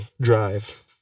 Drive